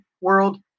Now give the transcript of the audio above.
world